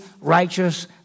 righteous